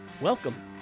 Welcome